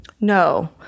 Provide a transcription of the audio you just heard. No